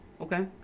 Okay